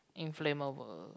inflammable